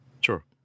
Sure